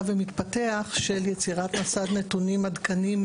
ומתפתח של יצירת מסד נתונים עדכני,